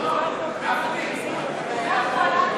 לא, גפני, זה היה חוק,